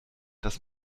das